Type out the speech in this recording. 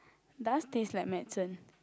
does taste like medicine